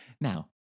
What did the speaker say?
Now